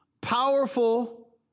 powerful